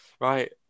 Right